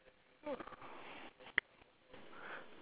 ya